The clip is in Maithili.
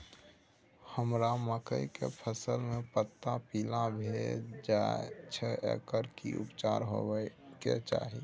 हमरा मकई के फसल में पता पीला भेल जाय छै एकर की उपचार होबय के चाही?